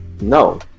No